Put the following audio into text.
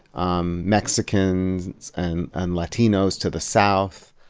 um mexicans and and latinos to the south.